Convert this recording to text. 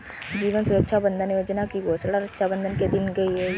जीवन सुरक्षा बंधन योजना की घोषणा रक्षाबंधन के दिन की गई